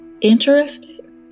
Interested